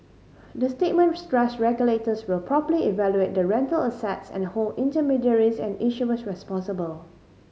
the statement stressed regulators will properly evaluate the rental assets and hold intermediaries and issuers responsible